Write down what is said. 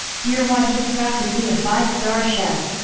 dear wife is practically a five star chef!